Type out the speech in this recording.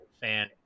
fan